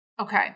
Okay